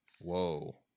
Whoa